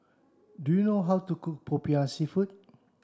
do you know how to cook Popiah seafood